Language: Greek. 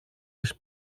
τις